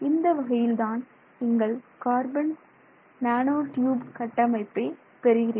இந்த வகையில்தான் நீங்கள் கார்பன் நேனோ டியூப் கட்டமைப்பை பெறுகிறீர்கள்